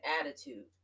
attitude